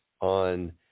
on